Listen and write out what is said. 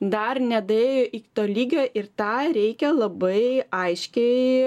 dar nedaėjo iki to lygio ir tą reikia labai aiškiai